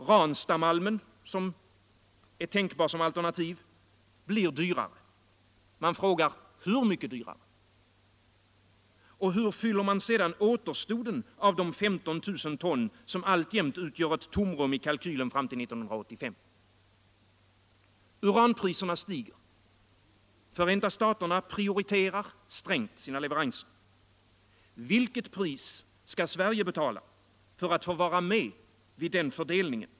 Ranstadsmalmen, som är tänkbar som alternativ, blir dyrare. Man frågar: Hur mycket dyrare? Och hur fyller man sedan behovet av återstoden av de 15 000 ton som alltjämt utgör ett tomrum i kalkylen fram till 1985? Uranpriserna stiger. Nr 111 Förenta staterna prioriterar strängt sina leveranser. Vilket pris skall Sverige betala för att få vara med vid den fördelningen?